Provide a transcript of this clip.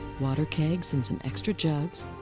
water kegs and some extra jugs,